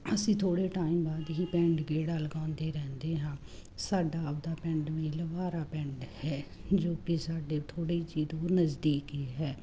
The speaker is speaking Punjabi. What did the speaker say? ਅਸੀਂ ਥੜ੍ਹੇ ਟਾਈਮ ਬਾਅਦ ਹੀ ਪਿੰਡ ਗੇੜਾ ਲਗਾਉਂਦੇ ਰਹਿੰਦੇ ਹਾਂ ਸਾਡਾ ਆਪਣਾ ਪਿੰਡ ਵੀ ਲੁਹਾਰਾ ਪਿੰਡ ਹੈ ਜੋ ਕਿ ਸਾਡੇ ਥੋੜ੍ਹੀ ਜਿਹੀ ਦੂਰ ਨਜ਼ਦੀਕ ਹੀ ਹੈ